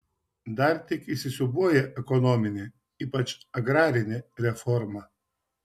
dar tik įsisiūbuoja ekonominė ypač agrarinė reforma